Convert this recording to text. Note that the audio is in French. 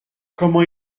comment